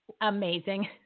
amazing